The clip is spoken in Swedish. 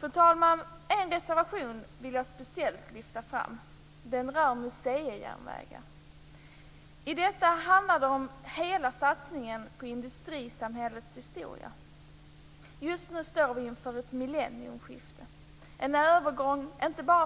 Fru talman! En reservation vill jag speciellt lyfta fram. Den rör museijärnvägar. Det handlar om hela satsningen på industrisamhällets historia. Just nu står vi inför ett millennieskifte. Det är inte bara en övergång